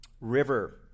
River